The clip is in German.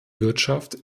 wirtschaft